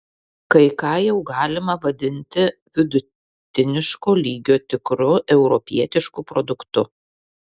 kai ką jau galima vadinti vidutiniško lygio tikru europietišku produktu